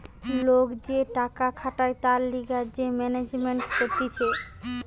লোক যে টাকা খাটায় তার লিগে যে ম্যানেজমেন্ট কতিছে